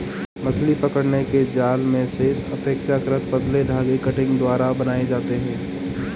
मछली पकड़ने के जाल मेशेस अपेक्षाकृत पतले धागे कंटिंग द्वारा बनाये जाते है